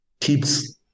keeps